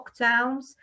lockdowns